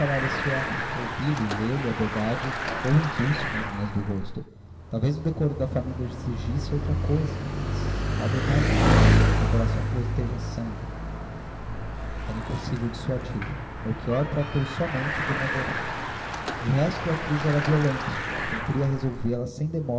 a esse homem ouvi-lo ler lhe a verdade ou o embuste nas linhas do rosto talvez o decoro da família exigisse outra coisa mas padre mestre meu coração goteja sangue era impossível dissuadi-lo melchior tratou somente de o moderar de resto a crise era violenta cumpria resolvê la sem